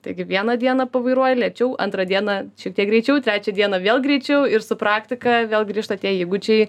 taigi vieną dieną pavairuoji lėčiau antrą dieną šiek tiek greičiau trečią dieną vėl greičiau ir su praktika vėl grįžta tie įgūdžiai